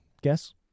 Guess